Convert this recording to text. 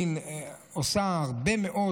עושה הרבה מאוד,